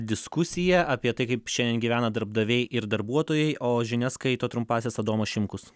diskusiją apie tai kaip šiandien gyvena darbdaviai ir darbuotojai o žinias skaito trumpąsias adomui šimkus